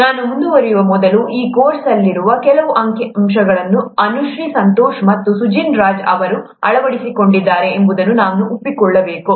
ನಾನು ಮುಂದುವರಿಯುವ ಮೊದಲು ಈ ಕೋರ್ಸ್ ಅಲ್ಲಿರುವ ಕೆಲವು ಅಂಕಿಅಂಶಗಳನ್ನು ಅನುಶ್ರೀ ಸಂತೋಷ್ ಮತ್ತು ಸುಜಿನ್ ರಾಜ್ ಅವರು ಅಳವಡಿಸಿಕೊಂಡಿದ್ದಾರೆ ಎಂಬುದನ್ನು ನಾನು ಒಪ್ಪಿಕೊಳ್ಳಬೇಕು